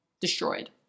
destroyed